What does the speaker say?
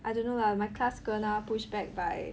I don't know lah my class kena push back by